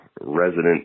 resident